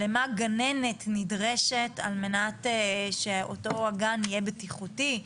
למה גננת נדרשת על מנת שאותו הגן יהיה בטיחותי.